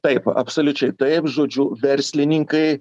taip absoliučiai taip žodžiu verslininkai